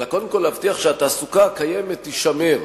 אלא קודם כול להבטיח שהתעסוקה הקיימת תישמר,